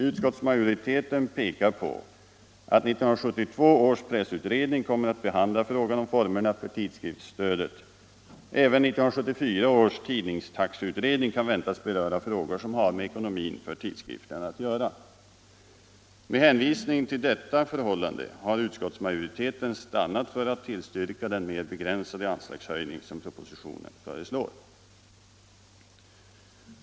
Utskottsmajoriteten pekar på att 1972 års pressutredning kommer att behandla frågan om formerna för tidskriftsstödet. Även 1974 års tidningstaxeutredning kan väntas beröra frågor som har med tidskrifternas ekonomi att göra. Med hänvisning till detta förhållande har utskottsmajoriteten stannat för att tillstyrka den mer begränsade anslagshöjning som propositionen föreslår.